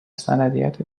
سندیت